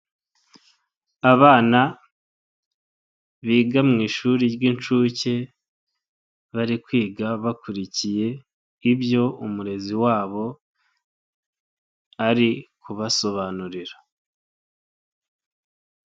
Abana biga mu ishuri ry'incuke bari kwiga bakurikiye ibyo umurezi wabo ari kubasobanurira.